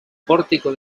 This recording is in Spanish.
pórtico